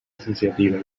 associativa